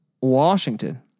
Washington